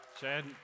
Chad